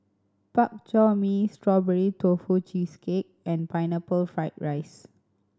Bak Chor Mee Strawberry Tofu Cheesecake and Pineapple Fried rice